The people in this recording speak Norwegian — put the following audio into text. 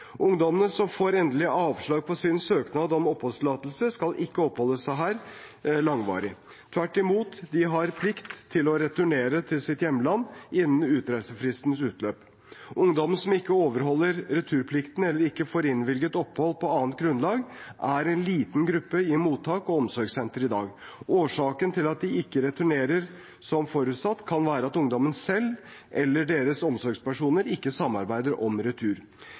som får endelig avslag på sin søknad om oppholdstillatelse, skal ikke oppholde seg her langvarig. Tvert imot, de har plikt til å returnere til sitt hjemland innen utreisefristens utløp. Ungdommene som ikke overholder returplikten, eller ikke får innvilget opphold på annet grunnlag, er en liten gruppe i mottak og omsorgssenter i dag. Årsaken til at de ikke returnerer som forutsatt, kan være at ungdommen selv eller deres omsorgspersoner ikke samarbeider om retur.